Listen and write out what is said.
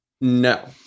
No